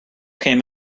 came